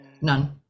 None